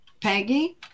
Peggy